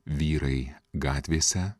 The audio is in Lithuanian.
vyrai gatvėse